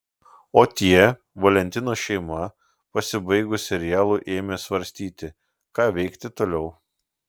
o tie valentinos šeima pasibaigus serialui ėmė svarstyti ką veikti toliau